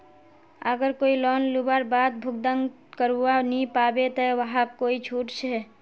अगर कोई लोन लुबार बाद भुगतान करवा नी पाबे ते वहाक कोई छुट छे?